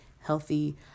healthy